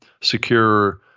secure